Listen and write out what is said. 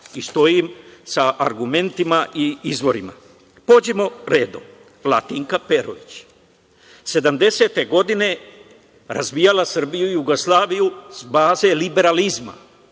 i stojim sa argumentima i izvorima. Pođimo redom, Latinka Perović, sedamdesete godine razvijala Srbiju i Jugoslavije s baze liberalizma.